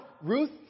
Ruth